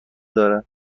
دارد